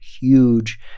huge